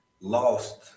lost